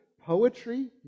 poetry